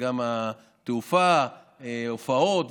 גם התעופה, ההופעות.